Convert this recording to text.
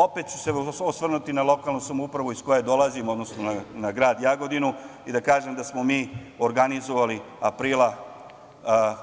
Opet ću se osvrnuti na lokalnu samoupravu iz koje dolazim, odnosno na grad Jagodinu i da kažem da smo mi organizovali aprila